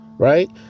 Right